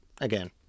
again